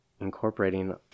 incorporating